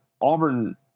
Auburn